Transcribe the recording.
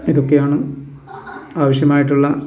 ഇതൊക്കെയാണ് ആവശ്യമായിട്ടുള്ള